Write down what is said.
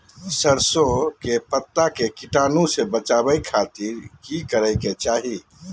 सरसों के पत्ता के कीटाणु से बचावे खातिर की करे के चाही?